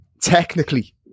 technically